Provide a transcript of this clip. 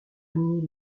une